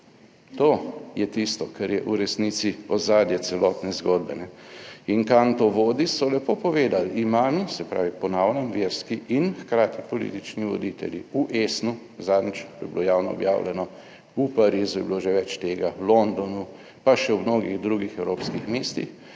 To je tisto, kar je v resnici ozadje celotne zgodbe. In kam to vodi, so lepo povedali Imam, se pravi, ponavljam, verski in hkrati politični voditelji v Essnu, zadnjič, to je bilo javno objavljeno, v Parizu je bilo že več tega, v Londonu, pa še v mnogih drugih evropskih mestih,